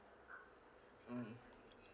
mm